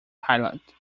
pilot